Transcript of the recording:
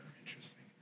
interesting